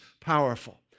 powerful